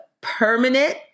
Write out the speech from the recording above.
permanent